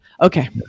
Okay